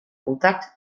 kontakt